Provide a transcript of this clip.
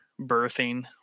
birthing